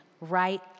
right